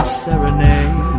serenade